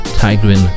Tigrin